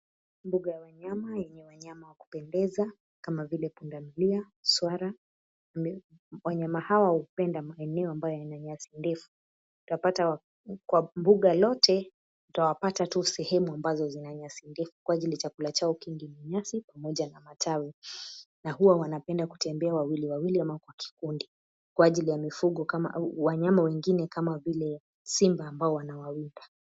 Mbuga ya wanyama yenye wanyama wa kupendeza kama vile pundamilia, swara. Wanyama hawa hupenda maeneo lenye nyasi ndefu. Utapata kwa mbuga lote uta wapata tu sehemu ambazo zina nyasi ndefu kwa ajili chakula chao kingi ni nyasi pamoja na matawi na hua wanapenda kutembea wawili wawili ama kwa kikundi kwa ajili ya mifugo kama au wanyama wengine kama vile simba ambao wanawawinda.